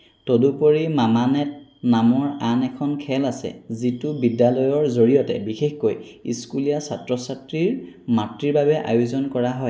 তদুপৰি 'মামানেট' নামৰ আন এখন খেল আছে যিটো বিদ্যালয়ৰ জৰিয়তে বিশেষকৈ স্কুলীয়া ছাত্ৰ ছাত্ৰীৰ মাতৃৰ বাবে আয়োজন কৰা হয়